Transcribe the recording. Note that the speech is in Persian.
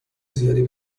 زیادی